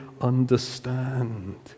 understand